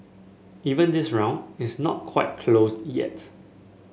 even this round it's not quite closed yet